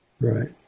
Right